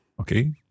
Okay